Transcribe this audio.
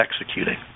executing